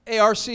ARC